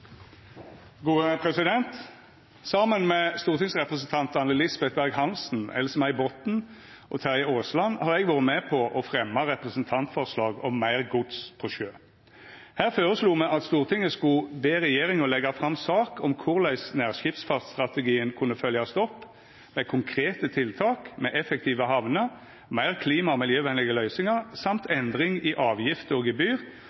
Saman med stortingsrepresentantane Lisbeth Berg-Hansen, Else-May Botten og Terje Aasland har eg vore med på å fremja representantforslag om meir gods på sjø. Her føreslo me at Stortinget skulle be regjeringa leggja fram sak om korleis nærskipsfartsstrategien kunne verta følgd opp med konkrete tiltak, med effektive hamner, meir klima- og miljøvenlege løysingar og endring i avgifter og gebyr